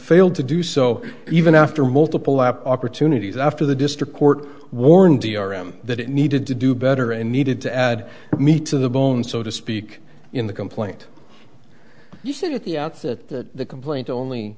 failed to do so even after multiple opportunities after the district court warned the r m that it needed to do better and needed to add me to the bone so to speak in the complaint you said at the outset that the complaint only